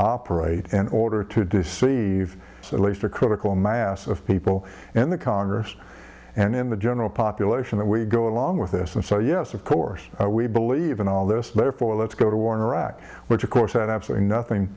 operate in order to do see so at least a critical mass of people in the congress and in the general population that we go along with this and so yes of course we believe in all this therefore let's go to war in iraq which of course had absolutely nothing